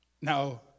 now